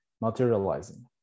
materializing